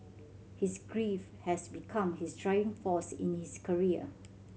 his grief has become his driving force in his career